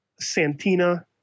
Santina